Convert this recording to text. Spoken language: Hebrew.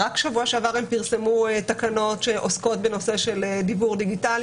רק בשבוע שעבר הם פרסמו תקנות שעוסקות בנושא של דיוור דיגיטלי.